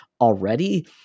already